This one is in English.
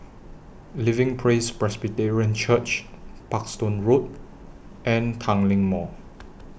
Living Praise Presbyterian Church Parkstone Road and Tanglin Mall